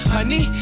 Honey